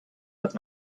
dass